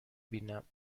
بینم